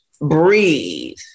breathe